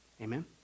Amen